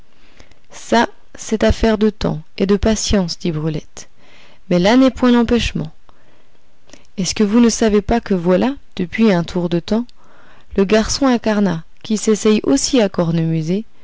ça c'est affaire de temps et de patience dit brulette mais là n'est point l'empêchement est-ce que vous ne savez pas que voilà depuis un tour de temps le garçon à carnat qui s'essaye aussi à cornemuser